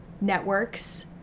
networks